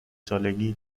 سالگیت